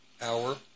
hour